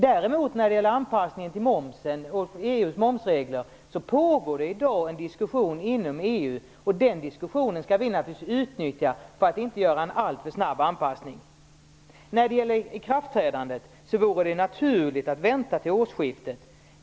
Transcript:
När det däremot gäller anpassningen till momsen och EU:s momsregler pågår det i dag en diskussion inom EU, och den skall vi naturligtvis utnyttja för att inte göra en alltför snabb anpassning. Det hade varit naturligt att vänta med ikraftträdandet till årsskiftet.